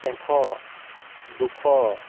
এশ দুশ